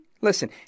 Listen